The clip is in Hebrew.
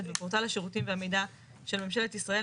בפורטל השירותים והמידע של ממשלת ישראל,